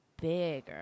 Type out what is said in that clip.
bigger